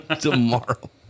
tomorrow